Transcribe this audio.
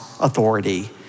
authority